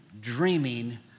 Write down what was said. dreaming